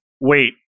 Wait